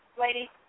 lady